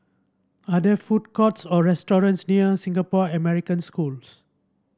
are there food courts or restaurants near Singapore American Schools